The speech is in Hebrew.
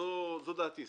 זו דעתי.